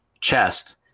chest